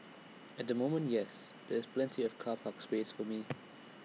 at the moment yes there's plenty of car park space for me